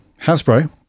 Hasbro